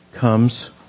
comes